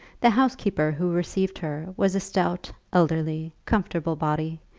the housekeeper who received her was a stout, elderly, comfortable body,